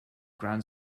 ground